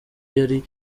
yari